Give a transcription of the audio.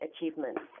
achievements